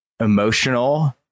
emotional